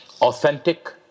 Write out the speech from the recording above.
authentic